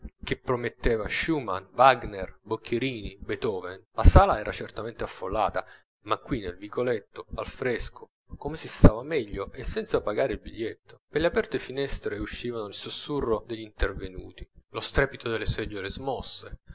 che prometteva schumman wagner boccherini beethoven la sala era certamente affollata ma qui nel vicoletto al fresco come si stava meglio e senza pagare il biglietto per le aperte finestre uscivano il susurro degli intervenuti lo strepito delle seggiole smosse